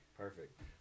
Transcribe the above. Perfect